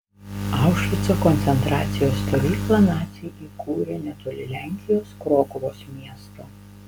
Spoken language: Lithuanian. aušvico koncentracijos stovyklą naciai įkūrė netoli lenkijos krokuvos miesto